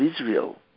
Israel